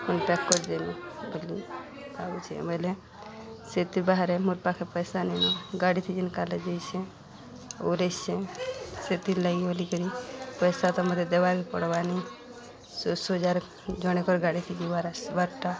phone pack କରିଦେମିଁ ବୋଲି ଭାବୁଛେ ବୋଇଲେ ସେଥି ବାହାରେ ମୋର୍ ପାଖେ ପଇସା ନେଇନ ଗାଡ଼ି ଯେନ୍ କାଲି ଯାଇଛେ ଓରେଇସେ ସେଥିର୍ ଲାଗି ବୋଲିକରି ପଇସା ତ ମତେ ଦେବାକେ ପଡ଼ବାନି ଶଷ ଯାର ଜଣେକ ଗାଡ଼ି ଯିବାର ବାରଟା